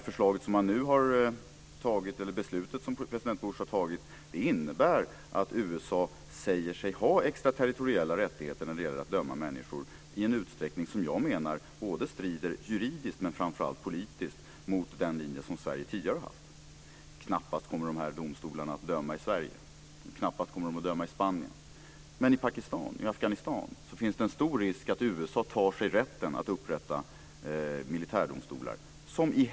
Det beslut som president Bush har tagit innebär att USA säger sig ha extraterritoriella rättigheter när det gäller att döma människor i en utsträckning som jag menar strider både juridiskt och politiskt mot den linje som Sverige tidigare har haft. Knappast kommer dessa domstolar att döma i Sverige. Knappast kommer de att döma i Spanien. Men det finns en stor risk att USA tar sig rätten att upprätta militärdomstolar i Pakistan och Afghanistan.